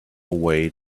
way